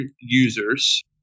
users